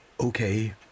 Okay